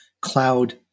cloud